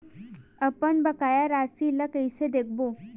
अपन बकाया राशि ला कइसे देखबो?